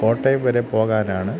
കോട്ടയം വരെ പോകാനാണ്